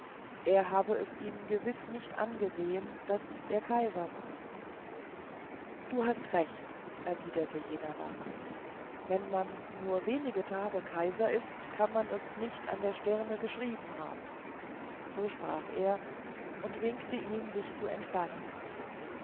er habe es ihm gewiß nicht angesehen daß er kaiser sei du hast recht erwiderte jener lachend wenn man nur wenige tage kaiser ist kann man es nicht an der stirne geschrieben haben so sprach er und winkte ihm sich zu entfernen